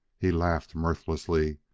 he laughed mirthlessly.